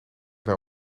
naar